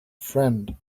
friend